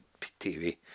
TV